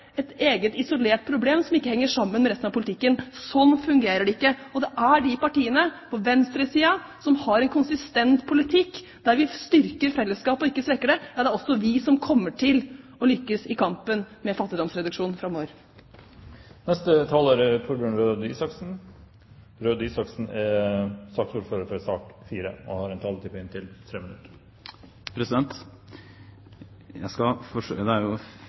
eget isolert problem som ikke henger sammen med resten av politikken. Sånn fungerer det ikke, og det er partiene på venstresiden, som har en konsistent politikk der vi styrker fellesskapet og ikke svekker det, som kommer til å lykkes i kampen med fattigdomsreduksjon framover. Det er fristende å starte en ny polemikk med representanten Trettebergstuen, men da kommer det sikkert bare flere replikker, og så har vi det gående. Men jeg må jo bare si at jeg tror det er